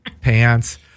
pants